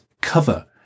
cover